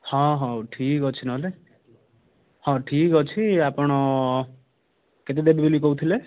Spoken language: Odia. ହଁ ହଉ ଠିକ୍ ଅଛି ନହେଲେ ହଁ ଠିକ୍ ଅଛି ଆପଣ କେତେ ଦେବେ ବୋଲି କହୁଥିଲେ